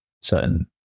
certain